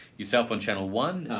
yourself on channel one.